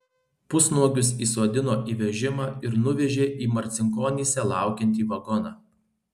pusnuogius įsodino į vežimą ir nuvežė į marcinkonyse laukiantį vagoną